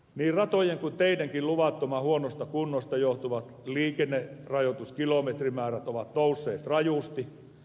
niin ratojen kuin teidenkin luvattoman huonosta kunnosta johtuvat liikennerajoituskilometrimäärät ovat nousseet rajusti